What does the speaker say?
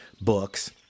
books